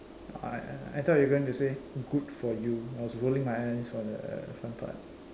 I I thought you were going to say good for you I was rolling my eyes on the front part